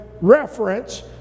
reference